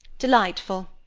delightful!